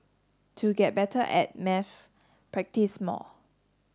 to get better at maths practise more